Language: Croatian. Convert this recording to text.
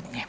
od nje.